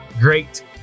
great